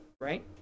right